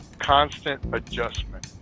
constant adjustment.